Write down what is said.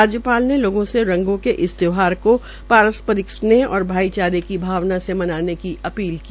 राज्यपाल ने लोगों से रंगों के इस त्यौहार का पारस्परिक स्नेह और भाईचारे क भावना से मनाने की अपील की